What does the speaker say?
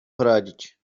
poradzić